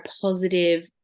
positive